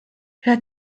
herr